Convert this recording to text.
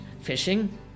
fishing